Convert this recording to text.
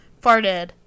farted